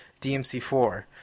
DMC4